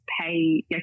pay